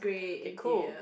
okay cool